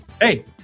Hey